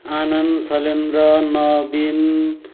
आनन्द Shailendra नवीन